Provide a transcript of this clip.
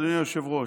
אדוני היושב-ראש.